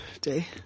Day